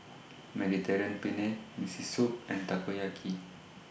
Penne Miso Soup and Takoyaki